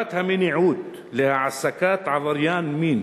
שהגבלת המניעות להעסקת עבריין מין